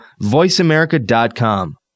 VoiceAmerica.com